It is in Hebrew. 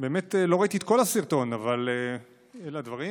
באמת לא ראיתי את כל הסרטון, אבל אלה הדברים.